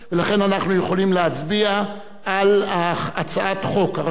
ולכן אנחנו יכולים להצביע על הצעת חוק הרשות